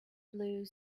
blue